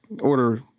order